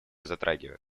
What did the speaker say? затрагивают